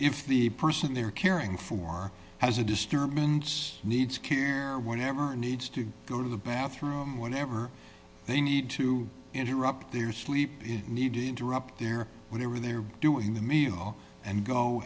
if the person they're caring for has a disturbance needs whatever needs to go to the bathroom whenever they need to interrupt their sleep need to interrupt their whatever they're doing the meal and go